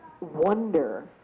wonder